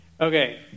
Okay